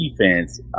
defense